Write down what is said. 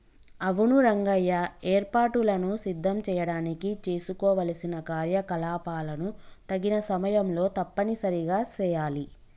అవును రంగయ్య ఏర్పాటులను సిద్ధం చేయడానికి చేసుకోవలసిన కార్యకలాపాలను తగిన సమయంలో తప్పనిసరిగా సెయాలి